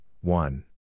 one